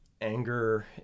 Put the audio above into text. anger